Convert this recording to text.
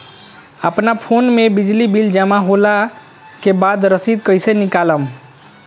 अपना फोन मे बिजली बिल जमा होला के बाद रसीद कैसे निकालम?